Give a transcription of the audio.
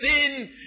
sin